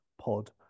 pod